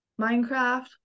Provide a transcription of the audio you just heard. minecraft